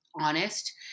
honest